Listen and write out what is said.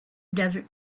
desert